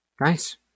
nice